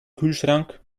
kühlschrank